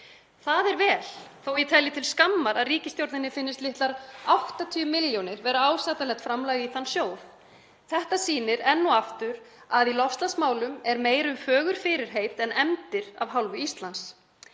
Það er vel þó að ég telji til skammar að ríkisstjórninni finnist litlar 80 milljónir vera ásættanlegt framlag í þann sjóð. Þetta sýnir enn og aftur að í loftslagsmálum er meira um fögur fyrirheit en efndir af hálfu Íslands.